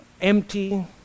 empty